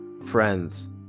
friends